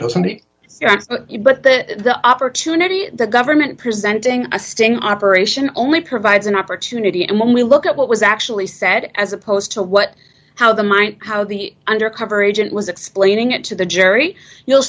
the opportunity the government presenting a sting operation only provides an opportunity and when we look at what was actually said as opposed to what how the might how the undercover agent was explaining it to the jury you'll